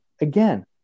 again